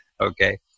okay